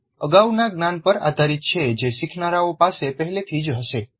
જ્ઞાન અગાઉના જ્ઞાન પર આધારિત છે જે શીખનારાઓ પાસે પહેલેથી જ છે